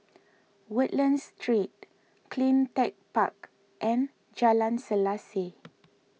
Woodlands Street CleanTech Park and Jalan Selaseh